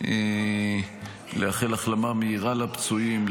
לאחל החלמה מהירה לפצועים,